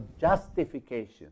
justification